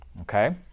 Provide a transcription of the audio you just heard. okay